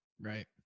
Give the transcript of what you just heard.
Right